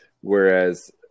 Whereas